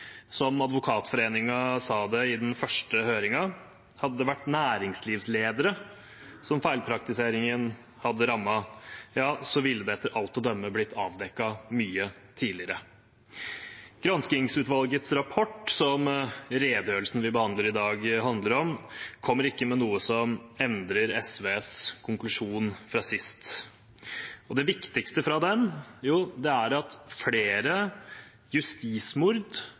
Som Advokatforeningen sa i den første høringen: Hadde det vært næringslivsledere som feilpraktiseringen hadde rammet, ville det etter alt å dømme blitt avdekket mye tidligere. Granskingsutvalgets rapport, som redegjørelsen vi behandler i dag, handler om, kommer ikke med noe som endrer SVs konklusjon fra sist. Det viktigste fra den er at flere justismord